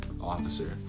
officer